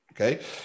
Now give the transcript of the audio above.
okay